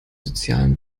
sozialen